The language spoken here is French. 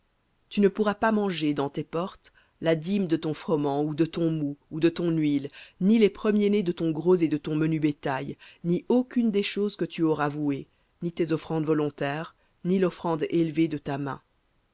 tu ne pourras pas manger dans tes portes la dîme de ton froment ou de ton moût ou de ton huile ni les premiers-nés de ton gros et de ton menu bétail ni aucune des choses que tu auras vouées ni tes offrandes volontaires ni l'offrande élevée de ta main